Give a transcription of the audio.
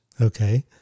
Okay